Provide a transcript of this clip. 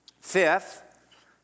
Fifth